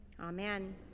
Amen